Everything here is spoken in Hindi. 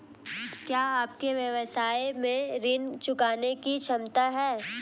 क्या आपके व्यवसाय में ऋण चुकाने की क्षमता है?